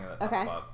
okay